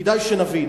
כדאי שנבין